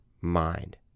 mind